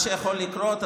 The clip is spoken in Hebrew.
רק מה שיכול לקרות,